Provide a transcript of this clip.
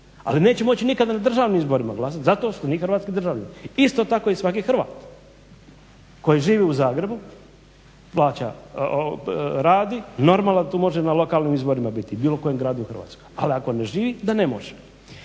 Ali neće moći nikad na državnim izborima glasati zato što nije hrvatski državljanin. Isto tako i svaki Hrvat koji živi u Zagrebu, radi normalno da tu može na lokalnim izborima biti u bilo kojem gradu u Hrvatskoj. Ali ako ne živi da ne može.